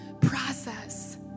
process